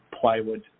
plywood